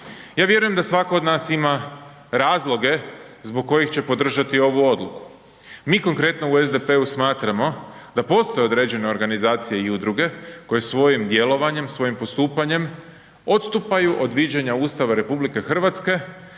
Ja vjerujem da svako od nas ima razloge zbog kojih će podržati ovu odluku. Mi konkretno u SDP-u smatramo da postoje određene organizacije i udruge koje svojim djelovanjem, svojim postupanjem odstupaju od viđenja Ustava RH kakvog